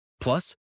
Plus